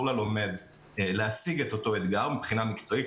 ללומד להשיג את אותו אתגר מבחינה מקצועית,